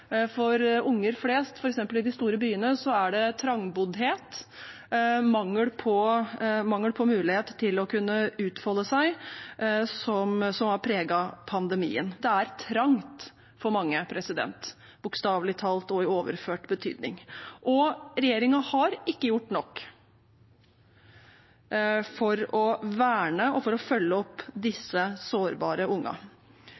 For unger flest, f.eks. i de store byene, er det trangboddhet og mangel på muligheter til å kunne utfolde seg som har preget dem under pandemien. Det er trangt for mange, bokstavelig talt og i overført betydning. Regjeringen har ikke gjort nok for å verne og følge opp disse sårbare ungene. Vi har ikke gjort nok for å